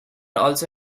also